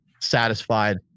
satisfied